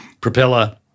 propeller